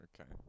okay